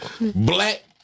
Black